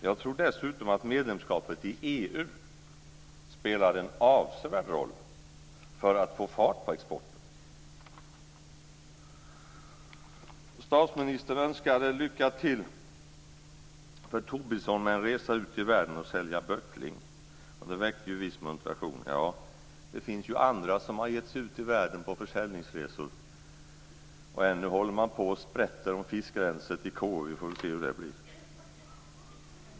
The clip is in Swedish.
Jag tror dessutom att medlemskapet i EU spelade en avsevärd roll för att få fart på exporten. Statsministern önskade Tobisson lycka till med en resa ut i världen för att sälja böckling. Det väckte viss muntration. Det finns andra som har gett sig ut i världen på försäljningsresor, och ännu håller man på och sprätter i fiskrenset i KU. Vi får se hur det blir.